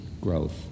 growth